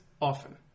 often